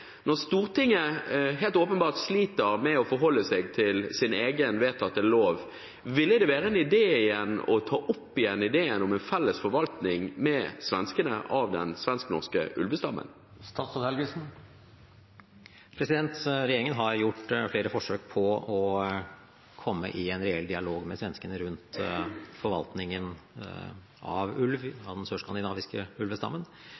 Når Stortinget helt åpenbart sliter med å forholde seg til sin egen vedtatte lov, ville det være en idé å ta opp igjen ideen om en felles forvaltning med svenskene av den svensk-norske ulvestammen? Regjeringen har gjort flere forsøk på å komme i reell dialog med svenskene rundt forvaltningen av ulv, den sørskandinaviske ulvestammen.